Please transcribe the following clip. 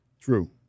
True